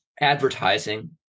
advertising